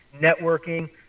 networking